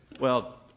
well,